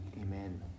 Amen